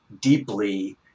deeply